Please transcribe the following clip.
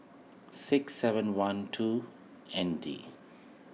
six seven one two N D